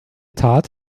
tat